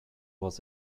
was